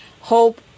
Hope